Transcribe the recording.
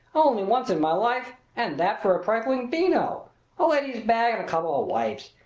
only once in my life and that for a trifling beano a lady's bag and a couple of wipes.